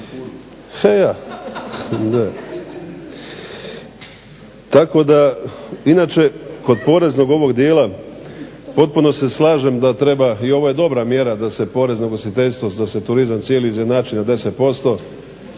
bilo. Tako da inače kod poreznog ovog dijela potpuno se slažem da treba i ovo je dobra mjera da se porez na ugostiteljstvo, da se turizam cijeli izjednači na 10%